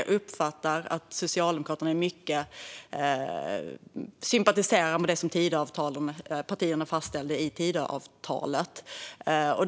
Jag uppfattar att Socialdemokraterna i mycket sympatiserar med det som Tidöpartierna fastställde i Tidöavtalet.